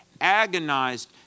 agonized